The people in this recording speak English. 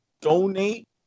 donate